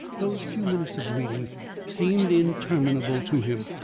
those few minutes of waiting seemed interminable to him.